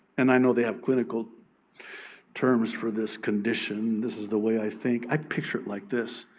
and i know they have clinical terms for this condition. this is the way i think. i picture it like this.